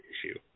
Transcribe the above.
issue